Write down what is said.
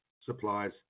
supplies